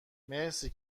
مرسی